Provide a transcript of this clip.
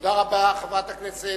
תודה רבה, חברת הכנסת.